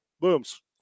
booms